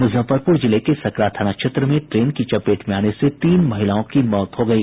मुजफ्फरपुर जिले के सकरा थाना क्षेत्र में ट्रेन की चपेट में आने से तीन महिलाओं की मौत हो गयी